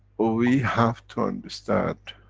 we have to understand,